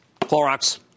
Clorox